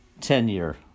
tenure